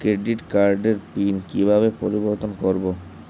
Credit কার্ডের pin কিভাবে পরিবর্তন করবো?